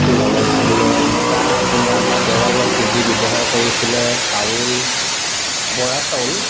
লগাইছিলে ইটা আপোনাৰ বা দেৱালত যি যি ব্যৱহাৰ কৰিছিলে চাউল বৰা চাউল